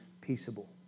peaceable